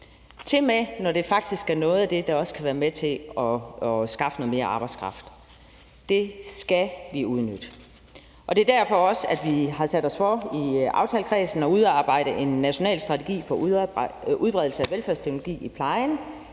tilmed når det faktisk er noget af det, der også kan være med til at skaffe noget mere arbejdskraft. Det skal vi udnytte, og det er også derfor, vi i aftalekredsen har sat os for at udarbejde en national strategi for udbredelse af velfærdsteknologi i plejen,